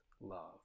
love